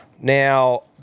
Now